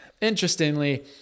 Interestingly